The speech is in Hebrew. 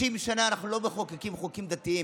30 שנה אנחנו לא מחוקקים חוקים דתיים.